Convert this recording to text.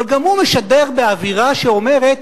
אבל גם הוא משדר באווירה שאומרת: